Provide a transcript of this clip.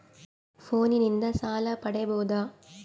ಫೋನಿನಿಂದ ಸಾಲ ಪಡೇಬೋದ?